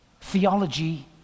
theology